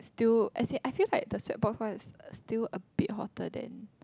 still as in I feel like the sweat box one is still a bit hotter than